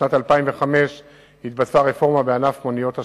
בשנת 2005 התבצעה רפורמה בענף מוניות השירות,